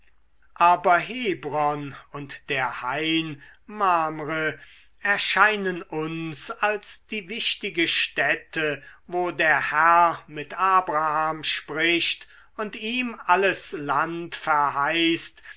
aber hebron und der hain mamre erscheinen uns als die wichtige stätte wo der herr mit abraham spricht und ihm alles land verheißt